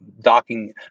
docking